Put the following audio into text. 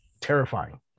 terrifying